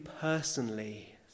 personally